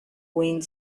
wind